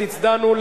זרקת אותם.